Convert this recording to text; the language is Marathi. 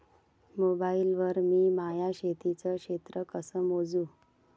मोबाईल वर मी माया शेतीचं क्षेत्र कस मोजू?